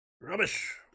Rubbish